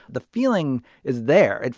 the feeling is there. and